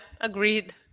Agreed